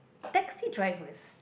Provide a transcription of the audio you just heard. taxi drivers